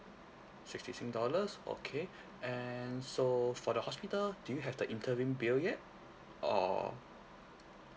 fifty sing dollars okay and so for the hospital do you have the interim bill yet or